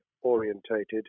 orientated